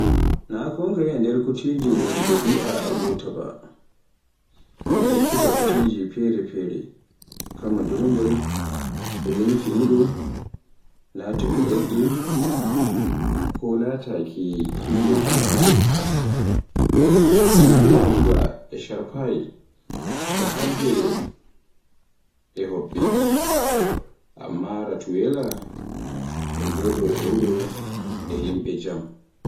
Kondeye to gari wali, nange wurtoyke mi waɗa yahdu ba kilomitare goo e bimbi tan. Banda filaaki ki mi waɗaata haa nange muta. Taagu fuf haani waɗa yahdu kilomitare goo e fecco e yandere goo ngam jaamu ɗum.